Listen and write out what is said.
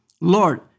Lord